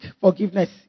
forgiveness